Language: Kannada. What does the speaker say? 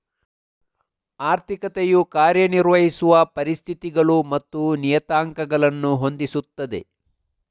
ಆರ್ಥಿಕತೆಯು ಕಾರ್ಯ ನಿರ್ವಹಿಸುವ ಪರಿಸ್ಥಿತಿಗಳು ಮತ್ತು ನಿಯತಾಂಕಗಳನ್ನು ಹೊಂದಿಸುತ್ತದೆ